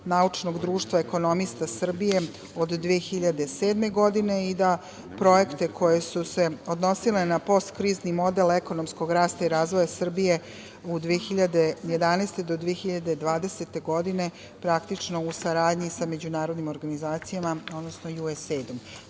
naučnog društva ekonomista Srbije od 2007. godine i da projekte koji su se odnosili na postkrizni model ekonomskog rasta i razvoja Srbije u 2011. do 2020. godine praktično u saradnji sa međunarodnim organizacijama, odnosno USAID.Poslednje